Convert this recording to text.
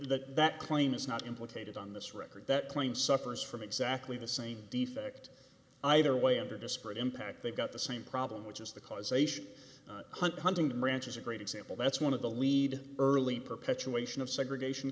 that that claim is not implicated on this record that claim suffers from exactly the same defect either way under disparate impact they've got the same problem which is the causation huntington branch is a great example that's one of the lead early perpetuation of segregation